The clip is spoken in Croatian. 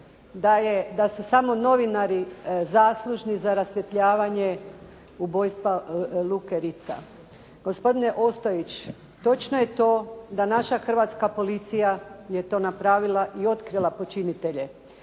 da su samo novinari zaslužni za rasvjetljavanje ubojstva Luke Ritza. Gospodine Ostojić točno je to da naša hrvatska policija je to napravila i to krila počinitelje,